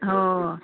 हो